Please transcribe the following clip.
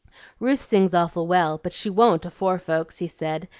ruth sings awful well, but she won't afore folks, he said,